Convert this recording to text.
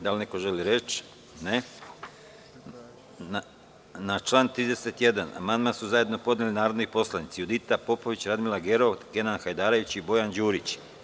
Da li neko želi reč? (Ne.) Na član 31. amandman su zajednopodneli narodni poslanici Judita Popović, Radmila Gerov, Kenan Hajdarević i Bojan Đurić.